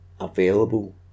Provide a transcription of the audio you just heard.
available